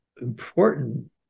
important